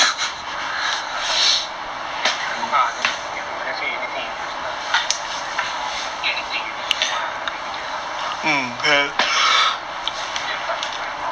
mm that's why you can take a look lah then if let's say if anything you interested not sure you just let me know if you want to get anything you let me know I help you to get lah I help you to be a customer and all